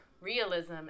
realism